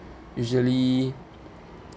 usually